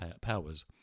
powers